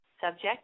subject